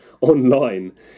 online